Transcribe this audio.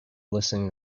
listening